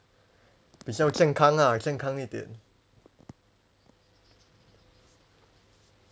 比较健康啦健康一点